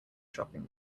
shopping